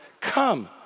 Come